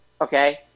Okay